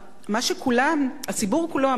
הציבור כולו עמד והסתכל על אותו לוחם